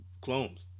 clones